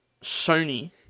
Sony